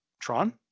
Tron